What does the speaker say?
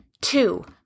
two